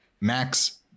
Max